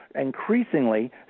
increasingly